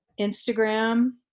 Instagram